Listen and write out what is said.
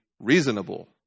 reasonable